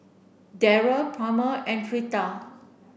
Darry Palmer and Fleta